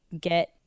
get